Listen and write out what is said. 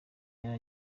yari